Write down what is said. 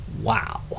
wow